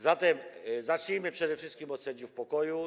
Zatem zacznijmy przede wszystkim od sędziów pokoju.